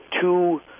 two